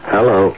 Hello